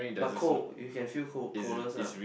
but cold you can feel cold coldness ah